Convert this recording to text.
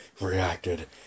reacted